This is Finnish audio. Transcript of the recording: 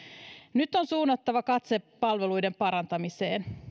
nyt on suunnattava katse palveluiden parantamiseen